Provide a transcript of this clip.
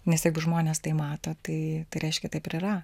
nes jeigu žmonės tai mato tai reiškia taip ir yra